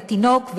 לתינוק,